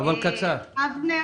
אבנר